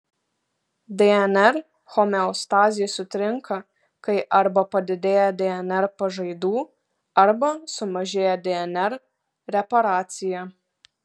dnr homeostazė sutrinka kai arba padidėja dnr pažaidų arba sumažėja dnr reparacija